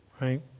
Right